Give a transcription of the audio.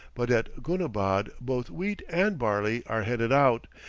but at goonabad both wheat and barley are headed out,